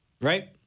right